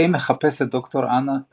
קיי מחפש את ד"ר אנה סטלין,